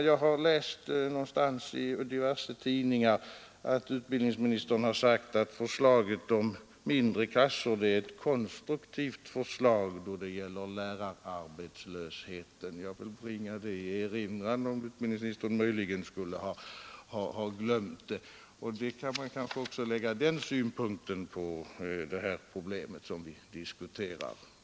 Jag har läst någonstans i diverse tidningar att utbildningsministern sagt att förslaget om mindre klasser är ett konstruktivt förslag då det gäller lärararbetslösheten. Jag vill bringa det i erinran, om utbildningsministern möjligen skulle ha glömt det. Den synpunkten kan man kanske också anlägga på det problem vi diskuterar.